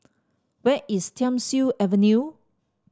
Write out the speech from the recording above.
where is Thiam Siew Avenue